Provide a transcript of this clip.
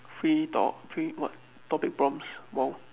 free talk free what topic prompts !wow!